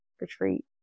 retreat